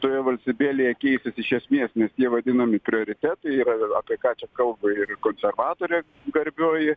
toje valstybėlėje keisis iš esmės nes tie vadinami prioritetai yra apie ką čia kalba ir konservatorė garbioji